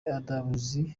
adams